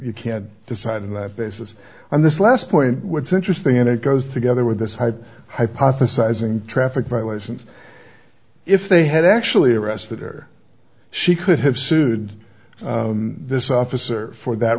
you can decide on that basis on this last point what's interesting and it goes together with this hype hypothesizing traffic violations if they had actually arrested her she could have sued this officer for that